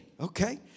okay